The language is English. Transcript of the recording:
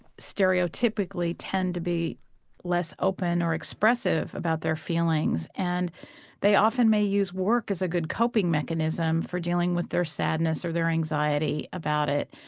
stereotypically tend to be less open or expressive about their feelings and they often may use work as a good coping mechanism for dealing with their sadness or their anxiety about it.